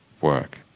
work